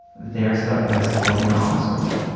they are set up best to work in an office culture,